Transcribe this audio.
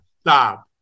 Stop